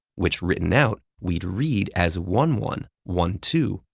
which written out we'd read as one one, one two,